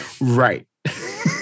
right